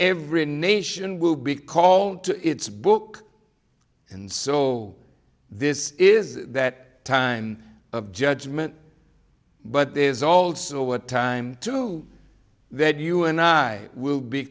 every nation will be called to its book and saw this is that time of judgment but there is also a time to that you and i will be